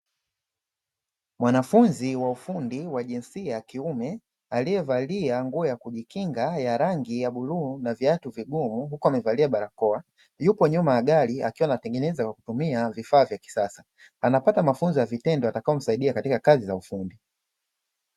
Mwanafunzi wa ufundi wa jinsia ya kiume aliyevalia nguo ya kujikinga ya rangi ya bluu na viatu vigumu, huku amevalia barakoa yuko nyuma ya gari akiwa anatengeneza kwa kutumia vifaa vya kisasa anapata mafunzo ya vitendo yatakayomsaidia katika kazi za ufundi.